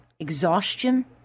exhaustion